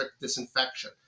disinfection